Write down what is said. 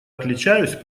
отличаюсь